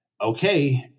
okay